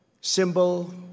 symbol